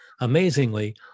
Amazingly